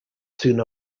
soon